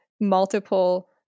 multiple